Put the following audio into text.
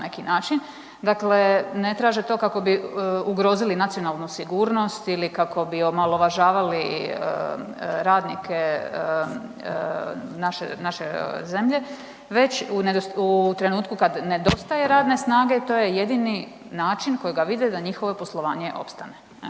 neki način. Dakle, ne traže to kako bi ugrozili nacionalnu sigurnost ili kako bi omalovažavali radnike naše zemlje već u trenutku kad nedostaje radne snage to je jedini način kojega vide da njihovo poslovanje opstane.